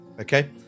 Okay